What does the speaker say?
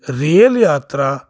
rail ਯਾਤਰਾ